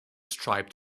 striped